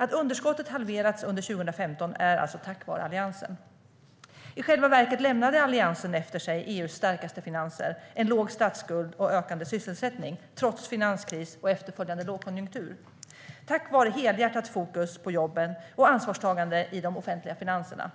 Att underskottet halverats under 2015 är alltså tack vare Alliansen. I själva verket lämnade Alliansen efter sig EU:s starkaste finanser, en låg statsskuld och ökande sysselsättning - trots finanskris och efterföljande lågkonjunktur - tack vare helhjärtat fokus på jobben och ansvarstagande i de offentliga finanserna.